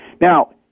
Now